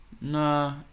Nah